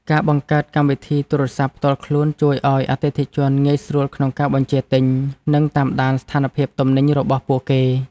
ការបង្កើតកម្មវិធីទូរស័ព្ទផ្ទាល់ខ្លួនជួយឱ្យអតិថិជនងាយស្រួលក្នុងការបញ្ជាទិញ និងតាមដានស្ថានភាពទំនិញរបស់ពួកគេ។